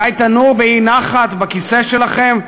אולי תנועו באי-נחת בכיסא שלכם,